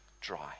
dry